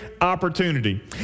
opportunity